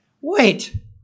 Wait